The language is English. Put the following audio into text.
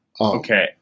Okay